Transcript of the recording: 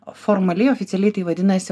formaliai oficialiai tai vadinasi